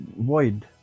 Void